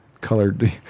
colored